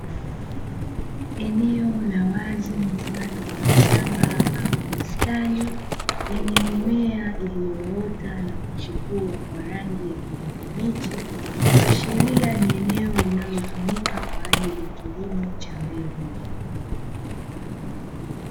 Eneo la wazi mfano wa shamba au bustani, lenye mimea iliyoota na kuchipua kwa rangi ya kijani kibichi, huashiria ni eneo linalotumika kwaajili ya kilimo cha mbegu.